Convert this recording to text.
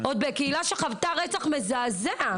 עוד בקהילה שחוותה רצח מזעזע.